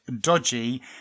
dodgy